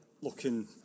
looking